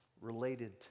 related